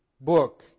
book